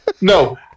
No